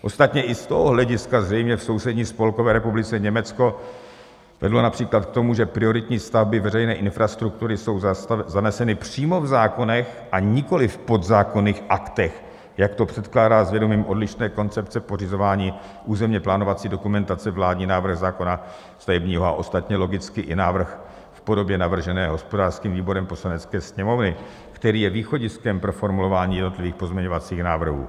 Ostatně i z toho hlediska zřejmě v sousední Spolkové republice Německo vedlo například k tomu, že prioritní stav, kdy veřejné infrastruktury jsou zaneseny přímo v zákonech, a nikoliv v podzákonných aktech, jak to předkládá s vědomím odlišné koncepce pořizování územněplánovací dokumentace vládní návrh zákona stavebního a ostatně logicky i návrh v podobě navržené hospodářským výborem Poslanecké sněmovny, který je východiskem pro formulování jednotlivých pozměňovacích návrhů.